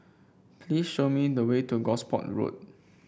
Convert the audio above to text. please show me the way to Gosport Road